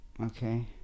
Okay